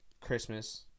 Christmas